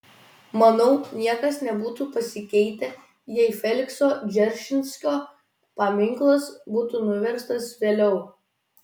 manau niekas nebūtų pasikeitę jei felikso dzeržinskio paminklas būtų nuverstas vėliau